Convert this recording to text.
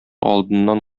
алдыннан